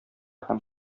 һәм